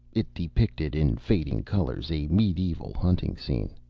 it depicted, in fading colors, a medieval hunting scene.